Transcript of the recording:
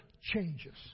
changes